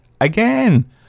again